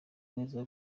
neza